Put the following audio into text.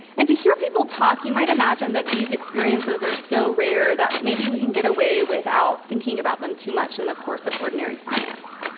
and to hear people talk, you might imagine that these experiences are so rare that maybe we can get away without thinking about them too much in the course of ordinary science.